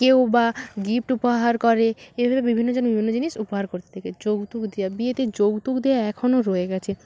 কেউ বা গিফট উপহার করে এইভাবে বিভিন্ন জন বিভিন্ন জিনিস উপহার করতে থাকে যৌতুক দেওয়া বিয়েতে যৌতুক দেওয়া এখনও রয়ে গেছে